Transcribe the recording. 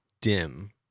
dim